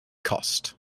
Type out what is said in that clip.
cost